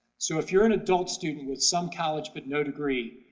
so if you're an adult student with some college but no degree,